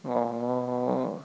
orh